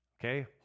okay